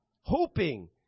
Hoping